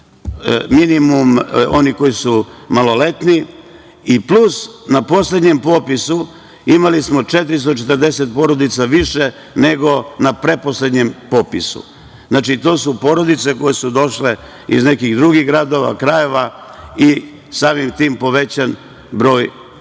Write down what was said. minimum onih koji su maloletni i plus na poslednjem popisu imali smo 440 porodica više nego na pretposlednjem popisu. Znači, to su porodice koje su došle iz nekih drugih gradova, krajeva i samim tim povećan broj